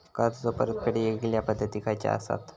कर्जाचो परतफेड येगयेगल्या पद्धती खयच्या असात?